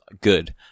good